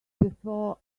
before